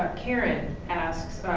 karen asks,